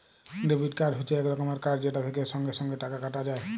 debit card হচ্যে এক রকমের কার্ড যেটা থেক্যে সঙ্গে সঙ্গে টাকা কাটা যায়